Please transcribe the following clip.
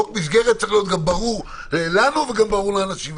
חוק מסגרת צריך להיות גם ברור לנו וגם ברור לאנשים,